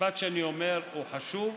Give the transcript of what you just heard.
המשפט שאני אומר הוא חשוב?